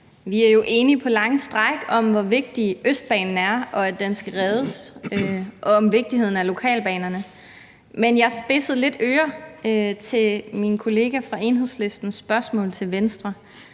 Vi er jo enige på lange stræk om, hvor vigtig Østbanen er, og at den skal reddes, og om vigtigheden af lokalbanerne. Men jeg spidsede lidt ører ved min kollega fra Enhedslistens spørgsmål til Venstre.